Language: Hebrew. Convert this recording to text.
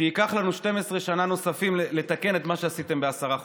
שייקח לנו 12 שנה נוספות לתקן את מה שעשיתם בעשרה חודשים.